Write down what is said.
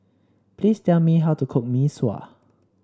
please tell me how to cook Mee Sua